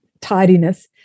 tidiness